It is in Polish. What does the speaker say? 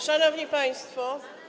Szanowni Państwo!